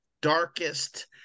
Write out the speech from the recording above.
darkest